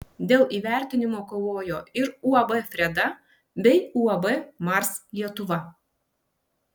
dėl įvertinimo kovojo ir uab freda bei uab mars lietuva